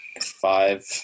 five